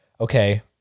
okay